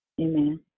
Amen